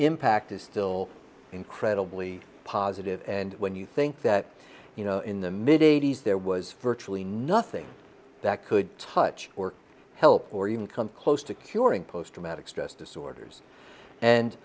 impact is still incredibly positive and when you think that you know in the mid eighty's there was virtually nothing that could touch or help or even come close to curing post traumatic stress disorders and